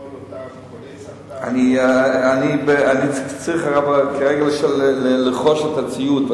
לכל אותם חולי סרטן, אני בדרך לרכוש את הציוד.